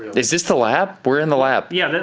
is this the lab? we're in the lab? yeah, i mean,